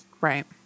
right